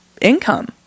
income